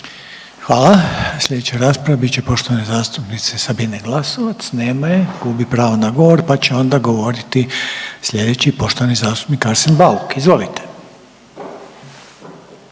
Hvala. Sljedeća rasprava bit će poštovane zastupnice Sabine Glasovac, nema je. Gubi pravo na govor pa će onda govoriti sljedeći poštovani zastupnik Arsen Bauk, izvolite.